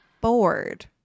bored